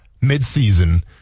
mid-season